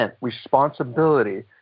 responsibility